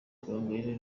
gahongayire